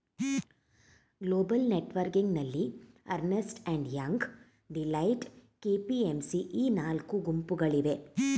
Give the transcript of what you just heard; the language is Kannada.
ಗ್ಲೋಬಲ್ ನೆಟ್ವರ್ಕಿಂಗ್ನಲ್ಲಿ Ernst and Young, Deloitte, KPMG ಈ ನಾಲ್ಕು ಗುಂಪುಗಳಿವೆ